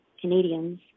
Canadians